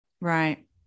Right